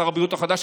שר הבריאות החדש,